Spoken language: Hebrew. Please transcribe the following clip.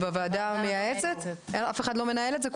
הוועדה הזו עבדה --- אף אחד לא מנהל את הוועדה המייעצת,